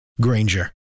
Granger